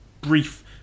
brief